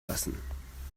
lassen